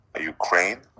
Ukraine